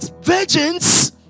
virgins